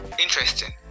interesting